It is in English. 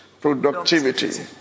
productivity